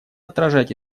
отражать